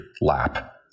lap